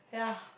ya